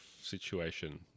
situation